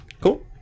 Cool